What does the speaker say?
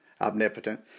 omnipotent